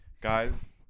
Guys